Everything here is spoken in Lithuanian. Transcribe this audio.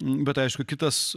bet aišku kitas